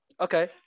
Okay